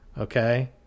okay